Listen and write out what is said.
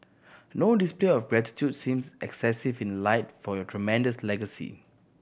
no display of gratitude seems excessive in light for your tremendous legacy